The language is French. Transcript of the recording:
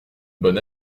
bonne